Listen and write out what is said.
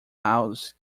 house